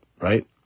right